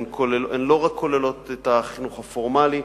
הן לא רק כוללות את החינוך הפורמלי.